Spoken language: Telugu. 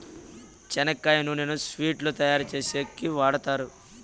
చెనక్కాయ నూనెను స్వీట్లు తయారు చేసేకి వాడుతారు